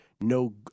no